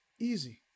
easy